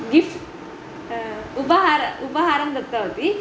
gift उपाहार उपहारं दत्तवती